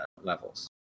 levels